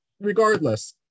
regardless